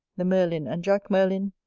the merlin and jack merlin,